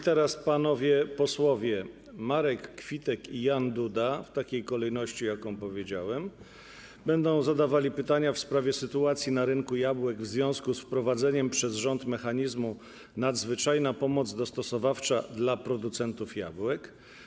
Teraz panowie posłowie Marek Kwitek i Jan Duda, w takiej kolejności, w jakiej powiedziałem, będą zadawali pytania w sprawie sytuacji na rynku jabłek w związku z wprowadzeniem przez rząd mechanizmu ˝Nadzwyczajna pomoc dostosowawcza dla producentów jabłek˝